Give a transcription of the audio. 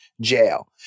jail